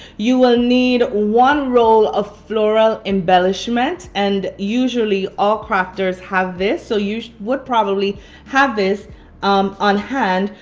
you will need one roll of floral embellishment and usually all crafters have this so you would probably have this um on hand.